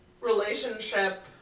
relationship